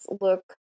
look